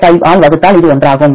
05 ஆல் வகுத்தால் இது ஒன்றாகும்